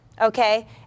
Okay